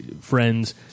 friends